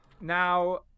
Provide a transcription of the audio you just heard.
Now